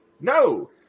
No